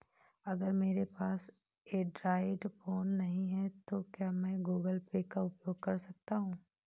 अगर मेरे पास एंड्रॉइड फोन नहीं है तो क्या मैं गूगल पे का उपयोग कर सकता हूं?